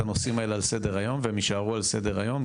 הנושאים האלה על סדר היום והם יישארו על סדר היום.